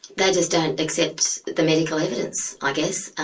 they just don't accept the medical evidence, i guess.